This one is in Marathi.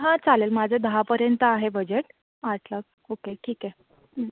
हां चालेल माझं दहापर्यंत आहे बजेट आठ लाख ओके ठीक आहे